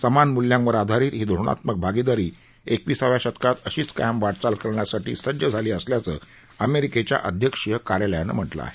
समान मूल्यांवर आधारित ही धोरणात्मक भागीदारी एकविसाव्या शतकात अशीच कायम वाटचाल करण्यासाठी सज्ज झाली असल्याचं अमेरिकेच्या अध्यक्षीय कार्यालयानं म्हटलं आहे